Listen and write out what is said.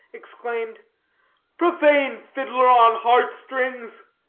exclaimed profane fiddler on heart-strings!